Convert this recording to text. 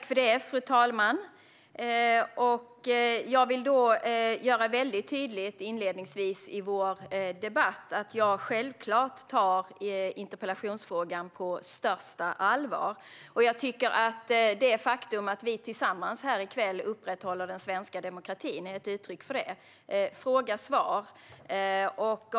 Fru talman! Jag vill inledningsvis i vår debatt tydliggöra att jag självklart tar interpellationen på största allvar. Det faktum att vi här tillsammans i kväll upprätthåller den svenska demokratin är ett uttryck för det - fråga och svar.